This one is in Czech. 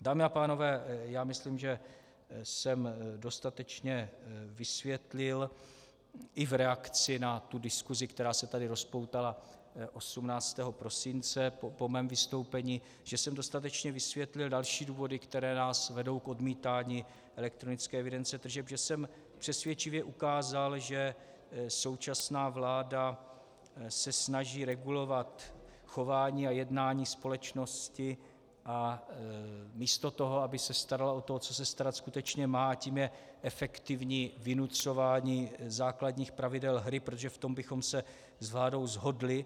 Dámy a pánové, já myslím, že jsem dostatečně vysvětlil i v reakci na diskusi, která se tady rozpoutala 18. prosince po mém vystoupení, dostatečně vysvětlil další důvody, které nás vedou k odmítání elektronické evidence tržeb, že jsem přesvědčivě ukázal, že současná vláda se snaží regulovat chování a jednání společnosti místo toho, aby se starala o to, o co se starat skutečně má, a tím je efektivní vynucování základních pravidel hry, protože v tom bychom se s vládou shodli.